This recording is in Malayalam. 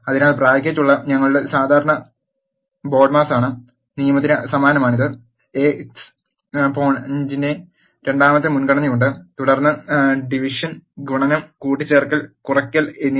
അതിനാൽ ബ്രാക്കറ്റുള്ള ഞങ്ങളുടെ സാധാരണ ബോഡ്മാസ് നിയമത്തിന് സമാനമാണ് ഇത് എക് സ് പോണന്റിന് രണ്ടാമത്തെ മുൻ ഗണനയുണ്ട് തുടർന്ന് ഡിവിഷൻ ഗുണനം കൂട്ടിച്ചേർക്കൽ കുറയ്ക്കൽ എന്നിവ